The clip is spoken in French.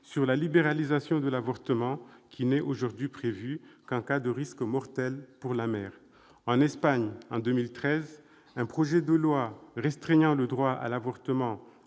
sur la libéralisation de l'avortement, actuellement prévu seulement en cas de risque mortel pour la mère. En Espagne, en 2013, un projet de loi restreignant le droit à l'avortement